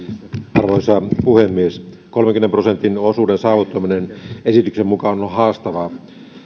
arvoisa puhemies kolmenkymmenen prosentin osuuden saavuttaminen esityksen mukaan on haastavaa